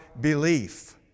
belief